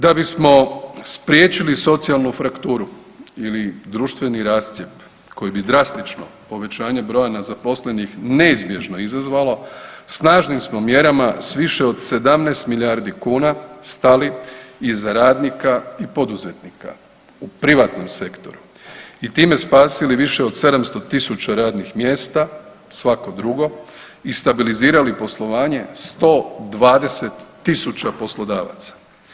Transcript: Da bismo spriječili socijalnu frakturu ili društveni rascjep koji bi drastično povećanje broja nezaposlenih neizbježno izazvalo snažnim smo mjerama s više od 17 milijardi kuna stali iza radnika i poduzetnika u privatnom sektoru i time spasili više od 700.000 radnih mjesta, svako drugo i stabilizirali poslovanje 120.000 poslodavaca.